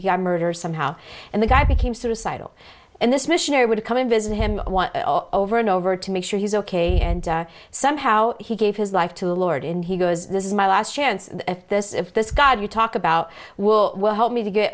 our murder somehow and the guy became suicidal and this missionary would come and visit him over and over to make sure he's ok and somehow he gave his life to the lord and he goes this is my last chance if this if this god you talk about will help me to get